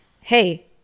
hey